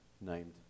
named